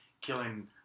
killing